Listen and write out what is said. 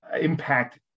impact